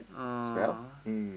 oh